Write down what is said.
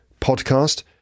podcast